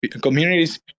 communities